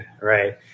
Right